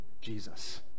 Jesus